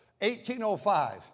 1805